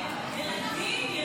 תתביישי את.